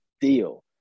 deal